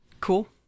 Cool